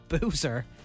boozer